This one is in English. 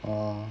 orh